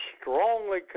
strongly